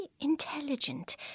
intelligent